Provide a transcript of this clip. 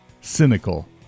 cynical